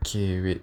okay wait